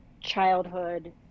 childhood